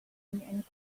and